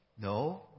No